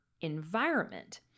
environment